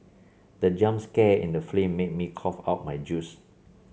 the jump scare in the film made me cough out my juice